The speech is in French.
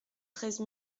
treize